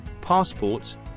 passports